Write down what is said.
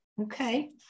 Okay